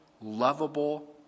lovable